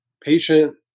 patient